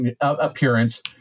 appearance